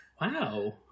Wow